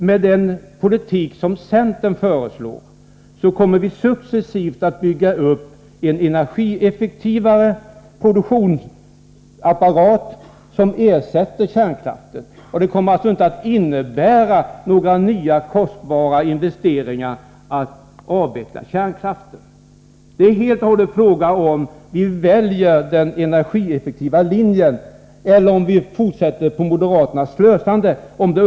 Med den politik som centern föreslår kommer vi successivt att bygga upp en energieffektivare produktionsapparat som ersätter kärnkraften. Det kommer alltså inte att innebära några nya kostsamma investeringar att avveckla kärnkraften. Om det uppstår en avvecklingskostnad eller inte beror helt och hållet på om vi väljer den energieffektiva linjen eller om vi fortsätter moderaternas slösande.